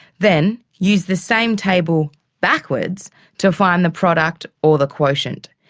then use the same table backwards to find the product or the quotient.